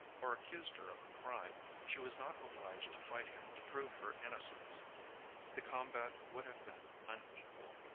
or accused her of a crime, she was not obliged to fight him to prove her innocence the combat would have been unequal.